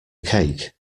cake